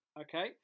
Okay